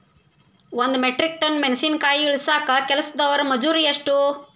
ಒಂದ್ metric ton ಮೆಣಸಿನಕಾಯಿ ಇಳಸಾಕ್ ಕೆಲಸ್ದವರ ಮಜೂರಿ ಎಷ್ಟ?